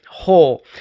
whole